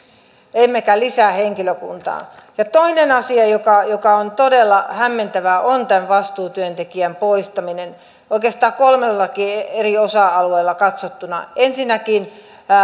emmekä lisää henkilökuntaa toinen asia joka joka on todella hämmentävä on tämä vastuutyöntekijän poistaminen oikeastaan kolmellakin eri osa alueella katsottuna ensinnäkin